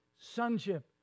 sonship